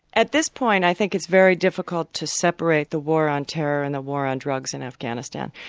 at this point i think it's very difficult to separate the war on terror and the war on drugs in afghanistan.